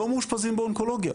לא מאושפזים באונקולוגיה,